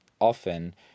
often